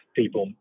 people